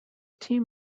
team